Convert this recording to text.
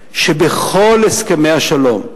ועוד מסקנה אחת, שכל הסכמי השלום,